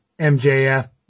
MJF